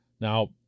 Now